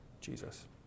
Jesus